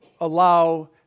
allow